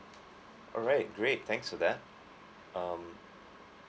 alright great thanks for that um